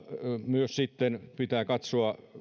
myös sitten pitää katsoa